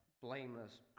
blameless